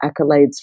accolades